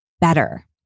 better